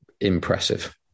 impressive